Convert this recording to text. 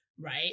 right